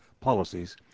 policies